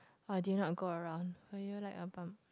or did you not go around or are you like a bum